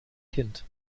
kind